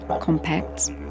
compacts